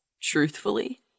Truthfully